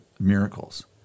miracles